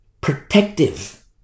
protective